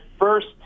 first